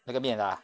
那个面 ah